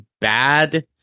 bad